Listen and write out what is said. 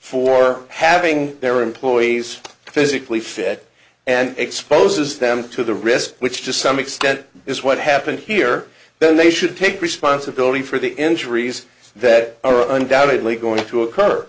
for having their employees physically fit and exposes them to the risk which to some extent is what happened here then they should take responsibility for the injuries that are undoubtedly going t